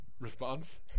Response